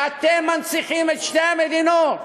שבהם אתם מנציחים את שתי המדינות,